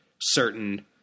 certain